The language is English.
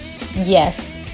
Yes